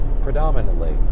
predominantly